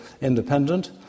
independent